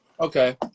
okay